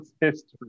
history